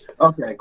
Okay